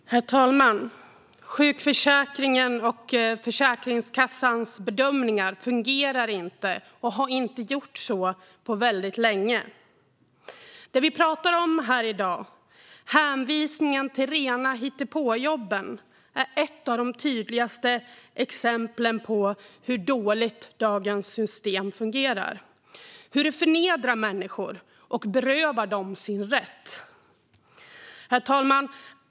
Herr talman! Sjukförsäkringen och Försäkringskassans bedömningar fungerar inte och har inte gjort det på väldigt länge. Det vi pratar om i dag, hänvisningen till rena hittepåjobb, är ett av de tydligaste exemplen på hur dåligt dagens system fungerar - hur det förnedrar människor och berövar dem deras rätt. Herr talman!